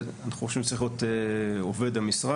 אנחנו חושבים שזה צריך להיות עובד המשרד.